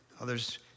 Others